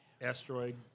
asteroid